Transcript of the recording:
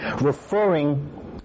referring